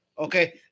Okay